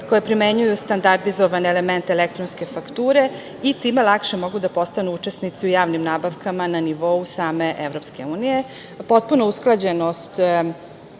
koje primenjuju standardizovane elemente elektronske fakture i time lakše mogu da postanu učesnici u javnim nabavkama na nivou same EU.Potpuna usklađenost